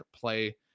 play